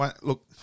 look